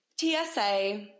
TSA